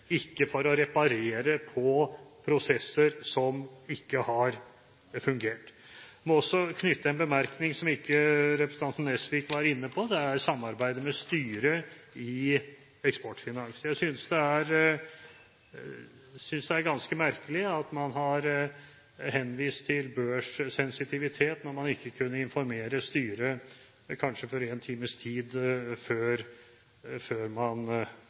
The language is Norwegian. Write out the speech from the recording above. ikke for å reparere på prosesser som ikke har fungert. Jeg må også knytte en bemerkning, som representanten Nesvik ikke var inne på, til samarbeidet med styret i Eksportfinans. Jeg synes det er ganske merkelig at man har henvist til børssensitivitet når man ikke kunne informere styret – kanskje ikke mer enn én times tid før man